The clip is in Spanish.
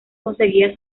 conseguía